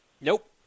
Nope